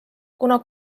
kuna